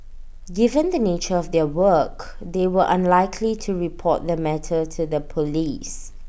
given the nature of their work they were unlikely to report the matter to the Police